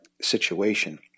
situation